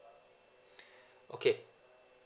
okay